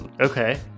Okay